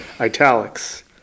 italics